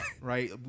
Right